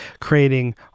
creating